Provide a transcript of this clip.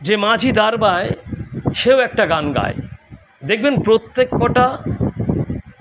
যে মাঝি দাঁড় বায় সেও একটা গান গায় দেখবেন প্রত্যেক কটা